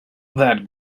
that